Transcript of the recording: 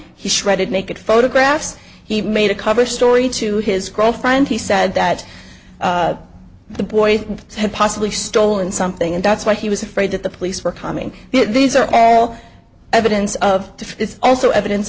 he shredded naked photographs he made a cover story to his girlfriend he said that the boy had possibly stolen something and that's why he was afraid that the police were coming these are all evidence of this also evidence